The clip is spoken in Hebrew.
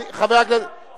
אני לא מתכוון בכלל להיות פה.